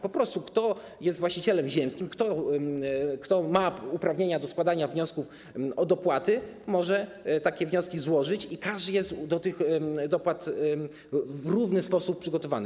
Po prostu kto jest właścicielem ziemskim, kto ma uprawnienia do składania wniosków o dopłaty, może takie wnioski złożyć i każdy jest do tych dopłat w równy sposób przygotowany.